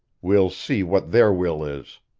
we'll see what their will is.